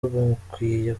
mukwiye